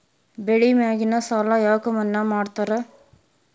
ಬೆಳಿ ಮ್ಯಾಗಿನ ಸಾಲ ಯಾಕ ಮನ್ನಾ ಮಾಡ್ತಾರ?